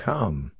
Come